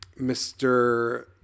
Mr